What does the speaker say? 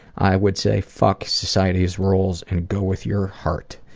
i would say, fuck society's roles and go with your heart.